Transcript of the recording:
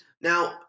Now